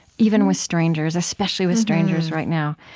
even with strangers, especially with strangers right now,